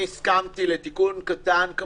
הסכמתי לתיקון קטן: